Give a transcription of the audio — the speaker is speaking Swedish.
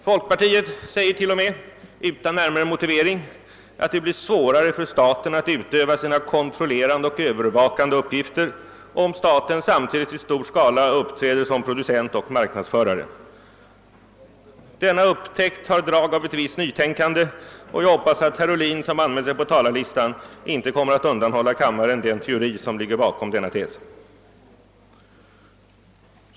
Folkpartiet säger t.o.m., utan närmare motivering, att det blir svårare för staten att utöva sina kontrollerande och övervakande uppgifter om staten samtidigt i stor skala uppträder som producent och marknadsförare. Denna upptäckt har drag av nytänkande, och jag hoppas att herr Ohlin, som anmält sig på talarlistan, inte kommer att undanhålla kammaren den teori som ligger bakom denna tes.